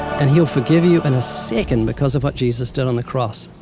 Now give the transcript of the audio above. and he'll forgive you in a second because of what jesus did on the cross.